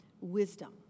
wisdom